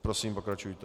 Prosím, pokračujte.